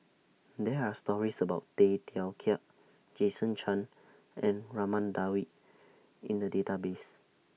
There Are stories about Tay Teow Kiat Jason Chan and Raman Daud in The Database